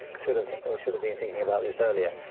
sort of should've been thinking about this earlier.